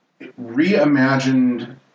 reimagined